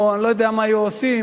או אני לא יודע מה היו עושים